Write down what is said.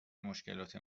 مشکلات